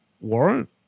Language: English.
warrant